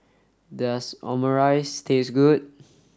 does Omurice taste good